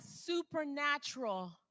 supernatural